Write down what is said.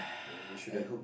ya you shouldn't